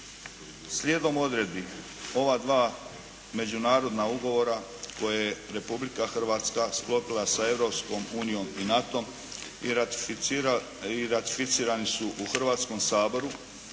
Slijedom odredbi ova dva međunarodna ugovora koje je Republika Hrvatska sklopila sa Europskom unijom i NATO-om i ratificirani su u Hrvatskom saboru